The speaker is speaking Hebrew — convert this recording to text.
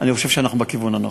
אני חושב שאנחנו בכיוון הנכון.